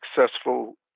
successful